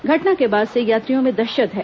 घटना के बाद से यात्रियों में दहशत है